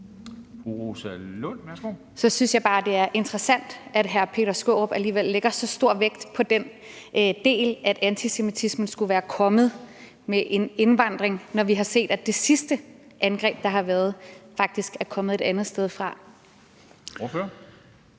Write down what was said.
Så synes jeg bare, det er interessant, at hr. Peter Skaarup alligevel lægger så stor vægt på, at antisemitismen skulle være kommet i forbindelse med indvandring, når vi har set, at det sidste angreb, der har været, faktisk er kommet et andet sted fra.